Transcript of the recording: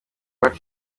iwacu